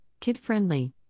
kid-friendly